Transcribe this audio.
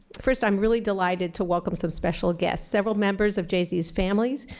first, i'm really delighted to welcome some special guests several members of jz's families.